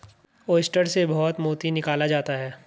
oyster से बहुत मोती निकाला जाता है